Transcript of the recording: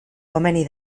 komeni